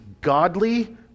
godly